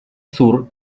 sur